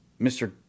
Mr